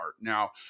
Now